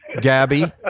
Gabby